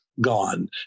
gone